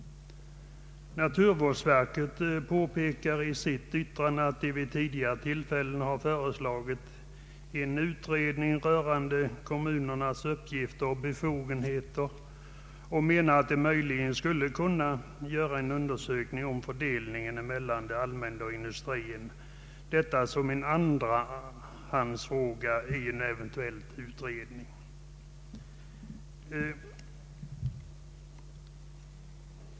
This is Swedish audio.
Naturvårdsverket påpekar i sitt yttrande att det vid tidigare tillfällen har föreslagit en utredning rörande kommunernas uppgifter och befogenheter och menar att man möjligen skulle kunna göra en undersökning om fördelningen mellan det allmänna och indu strin, detta som en andrahandsfråga i en eventuell utredning.